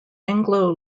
anglo